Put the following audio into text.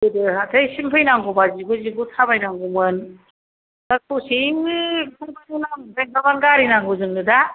गोदो हाथाइसिम फैनांगौबा जिग' जिग' थाबायनांगौमोन दा ससे ओंखारबानो लामानिफ्राय ओंखारबानो गारि नांगौ जोंनो दा